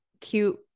cute